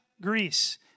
Greece